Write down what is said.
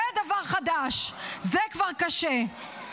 זה דבר חדש, זה כבר קשה.